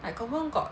like confirm got